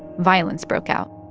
violence broke out.